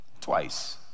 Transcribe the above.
twice